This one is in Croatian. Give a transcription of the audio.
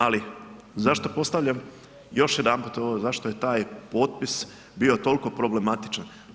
Ali zašto postavljam još jedanput ovo, zašto je taj potpis bio toliko problematičan?